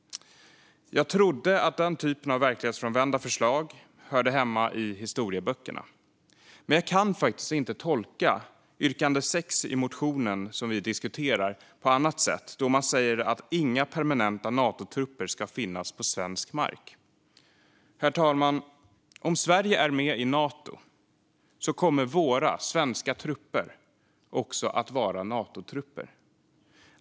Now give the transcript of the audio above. Jag trodde att den typen av verklighetsfrånvända förslag hörde hemma i historieböckerna. Men jag kan faktiskt inte tolka yrkande 6 i den motion som vi diskuterar på annat sätt, då man säger att inga permanenta Natotrupper ska finnas på svensk mark. Herr talman! Om Sverige är med i Nato kommer våra svenska trupper också att vara Natotrupper.